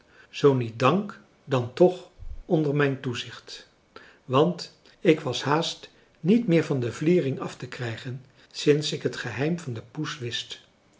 zoo niet dank dan toch onder mijn toezicht want ik was haast niet meer van de vliering af te krijgen sinds ik het geheim van poes wist